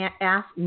ask